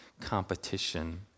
competition